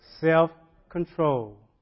Self-control